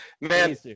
Man